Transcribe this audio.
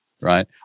right